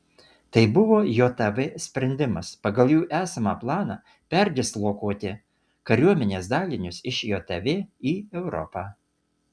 tai buvo jav sprendimas pagal jų esamą planą perdislokuoti kariuomenės dalinius iš jav į europą